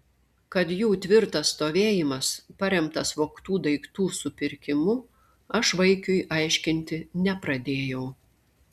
kad jų tvirtas stovėjimas paremtas vogtų daiktų supirkimu aš vaikiui aiškinti nepradėjau